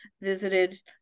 visited